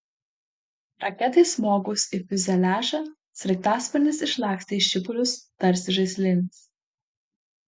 raketai smogus į fiuzeliažą sraigtasparnis išlakstė į šipulius tarsi žaislinis